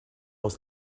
was